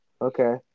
Okay